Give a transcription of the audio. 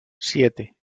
siete